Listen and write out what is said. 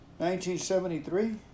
1973